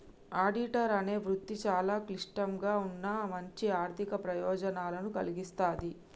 auditor అనే వృత్తి చాలా క్లిష్టంగా ఉన్నా మంచి ఆర్ధిక ప్రయోజనాలను కల్గిస్తాది